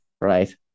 right